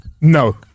No